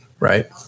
right